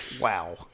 Wow